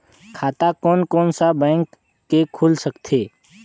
खाता कोन कोन सा बैंक के खुल सकथे?